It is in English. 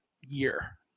year